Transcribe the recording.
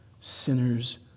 Sinners